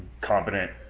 competent